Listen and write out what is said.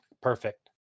perfect